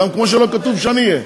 כמו שלא כתוב שאני אהיה.